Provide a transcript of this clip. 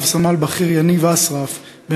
רב-סמל בכיר יניב אסרף,